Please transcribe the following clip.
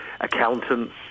accountants